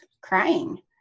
crying